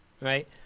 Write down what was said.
right